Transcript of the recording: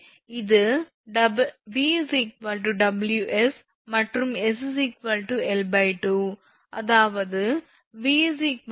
எனவே இது 𝑉 𝑊𝑠 மற்றும் 𝑠 𝑙2 அதாவது இது 𝑉 𝑊𝑠 𝑊𝑙2